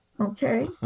Okay